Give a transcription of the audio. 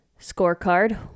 scorecard